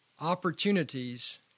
opportunities